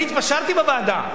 אני התפשרתי בוועדה.